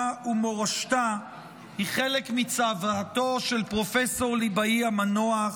ומורשתה היא חלק מצוואתו של פרופ' ליבאי המנוח.